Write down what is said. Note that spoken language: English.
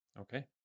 Okay